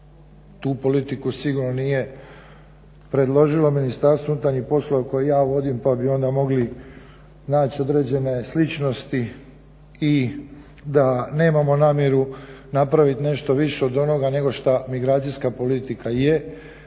Tu politiku sigurno nije predložilo Ministarstvo unutarnjih poslova koje ja vodim pa bi onda mogli naći određene sličnosti i da nemamo namjeru napraviti nešto više od onoga nego što migracijska politika je